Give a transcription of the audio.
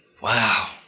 wow